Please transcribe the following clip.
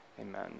Amen